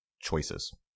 choices